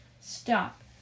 stop